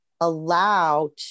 allow